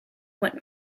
went